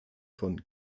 von